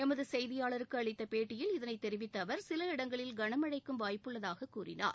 எமது செய்தியாளருக்கு அளித்த பேட்டியில் இதனைத் தெரிவித்த அவர் சில இடங்களில் கனமழைக்கும் வாய்பபு உள்ளதாகக் கூறினார்